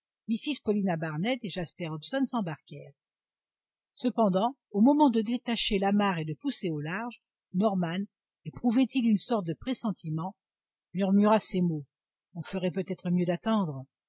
mrs paulina barnett et jasper hobson s'embarquèrent cependant au moment de détacher l'amarre et de pousser au large norman éprouvait-il une sorte de pressentiment murmura ces mots on ferait peut-être mieux d'attendre